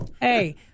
Hey